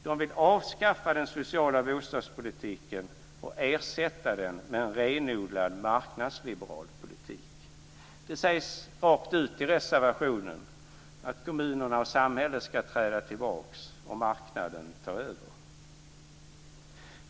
De vill avskaffa den sociala bostadspolitiken och ersätta den med en renodlad marknadsliberal politik. Det sägs rakt ut i reservationen att kommunerna och samhället ska träda tillbaka och marknaden ta över.